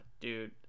Dude